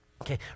Okay